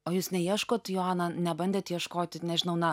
o jūs neieškot joana nebandėt ieškoti nežinau na